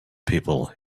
people